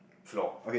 floor